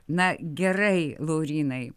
na gerai laurynai